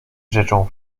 rzeczą